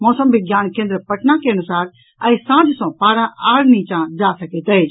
मौसम विज्ञान केन्द्र पटना के अनुसार आइ सांझ सॅ पारा आओर नीचॉ जा सकैत अछि